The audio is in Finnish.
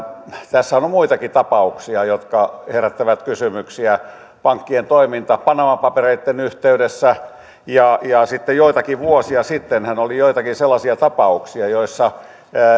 tässähän on muitakin tapauksia jotka herättävät kysymyksiä pankkien toiminta panama papereitten yhteydessä ja ja joitakin vuosia sittenhän oli joitakin sellaisia tapauksia joissa